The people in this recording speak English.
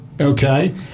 okay